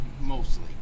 mostly